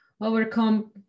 overcome